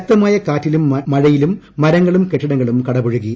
ശക്തമായ കാറ്റിലും മഴയിലും മരങ്ങളും കെട്ടിടങ്ങളും കടപുഴകി